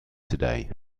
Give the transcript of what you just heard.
today